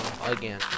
again